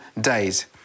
days